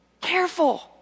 careful